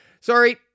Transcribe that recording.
Sorry